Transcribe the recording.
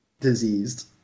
Diseased